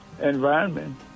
environment